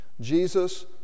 Jesus